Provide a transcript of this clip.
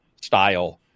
style